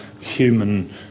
human